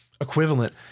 equivalent